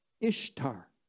Ishtar